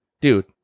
dude